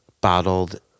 bottled